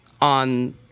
on